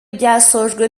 byasojwe